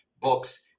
books